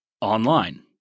online